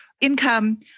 income